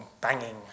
banging